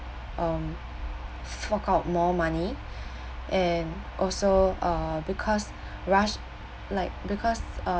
um fork out more money and also uh because rush like because uh